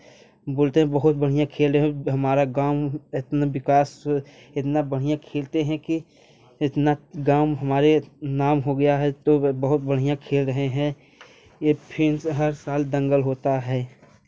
बोलते हैं बहुत बढ़िया खेल रहे हैं हमारा गाँव इतना विकास इतना बढ़िया खेलते हैं कि इतना गाँव हमारे नाम हो गया है तो वह बहुत बढ़िया खेल रहे हैं कि यह फिर से हर साल दंगल होता है